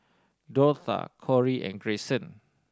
Dortha Kori and Greyson